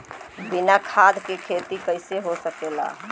बिना खाद के खेती कइसे हो सकेला?